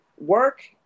work